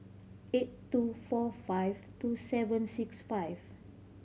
eight two four five two seven six five